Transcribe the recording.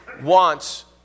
wants